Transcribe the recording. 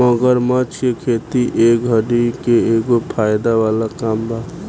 मगरमच्छ के खेती ए घड़ी के एगो फायदा वाला काम बा